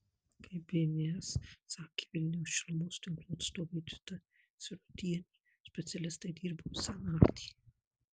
kaip bns sakė vilniaus šilumos tinklų atstovė edita sirutienė specialistai dirbo visą naktį